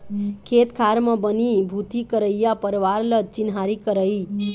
खेत खार म बनी भूथी करइया परवार ल चिन्हारी करई